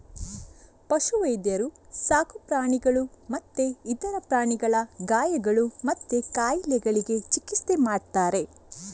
ಪಶು ವೈದ್ಯರು ಸಾಕು ಪ್ರಾಣಿಗಳು ಮತ್ತೆ ಇತರ ಪ್ರಾಣಿಗಳ ಗಾಯಗಳು ಮತ್ತೆ ಕಾಯಿಲೆಗಳಿಗೆ ಚಿಕಿತ್ಸೆ ಮಾಡ್ತಾರೆ